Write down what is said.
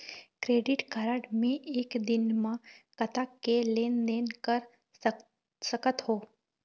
Credit card मे एक दिन म कतक के लेन देन कर सकत हो?